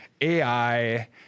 AI